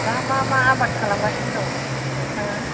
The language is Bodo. दा मा मा आबाद खालामगासिनो दं नोंथाङा